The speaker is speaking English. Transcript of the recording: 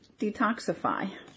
detoxify